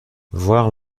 voir